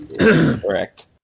Correct